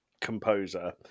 composer